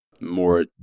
more